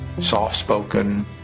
soft-spoken